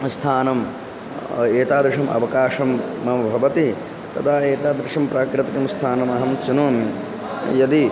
अस्थानम् एतादृशम् अवकाशं मम भवति तदा एतादृशं प्राकृतिकं स्थानमहं चिनोमि यदि